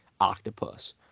octopus